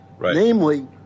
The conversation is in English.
Namely